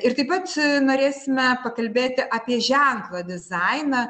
ir taip pat norėsime pakalbėti apie ženklą dizainą